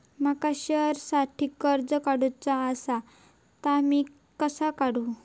माका शेअरसाठी कर्ज काढूचा असा ता मी कसा काढू?